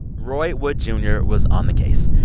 roy wood jr. was on the case.